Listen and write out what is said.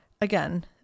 Again